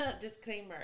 disclaimer